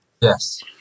Yes